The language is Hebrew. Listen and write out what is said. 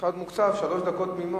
יש לך מוקצב, שלוש דקות תמימות.